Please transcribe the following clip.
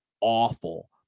awful